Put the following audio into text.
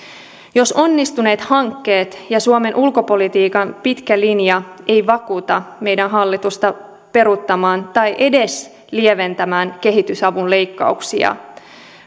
jos onnistuneet hankkeet ja suomen ulkopolitiikan pitkä linja eivät vakuuta meidän hallitusta peruuttamaan tai edes lieventämään kehitysavun leikkauksia